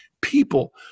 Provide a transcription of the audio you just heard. people